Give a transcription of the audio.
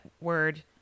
word